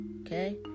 okay